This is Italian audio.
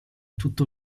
tutto